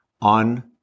on